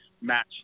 match